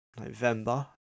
November